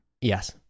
yes